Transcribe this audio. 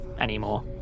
anymore